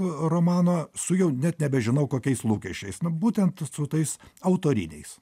romano su jau net nebežinau kokiais lūkesčiais būtent su tais autoriniais